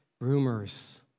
rumors